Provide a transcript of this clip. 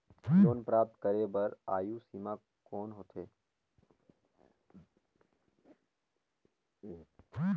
Loan प्राप्त करे बर आयु सीमा कौन होथे?